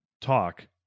talk